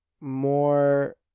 more